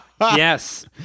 yes